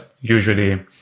usually